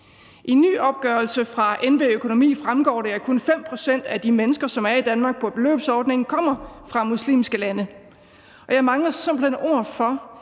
en ny opgørelse fra NB-Økonomi fremgår det, at kun 5 pct. af de mennesker, som er i Danmark på beløbsordningen, kommer fra muslimske lande. Og jeg mangler simpelt hen ord for,